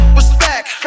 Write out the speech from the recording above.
respect